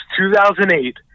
2008